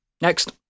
Next